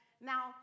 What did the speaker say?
Now